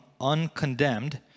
uncondemned